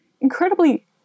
incredibly